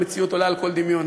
המציאות עולה על כל דמיון.